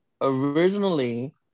Originally